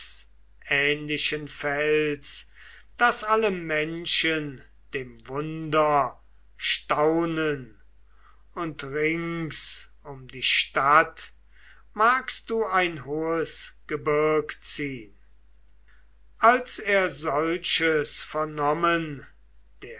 schiffähnlichen fels daß alle menschen dem wunder staunen und rings um die stadt magst du ein hohes gebirg ziehn als er solches vernommen